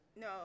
No